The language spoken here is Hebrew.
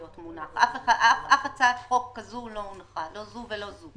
אף הצעת חוק כזו לא הונחה, לא זו ולא זו.